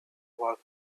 work